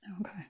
Okay